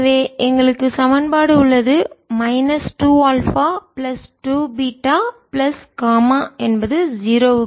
எனவே எங்களுக்கு சமன்பாடு உள்ளது minus 2 alpha plus 2 beta plus gamma என்பது 0 க்கு சமம்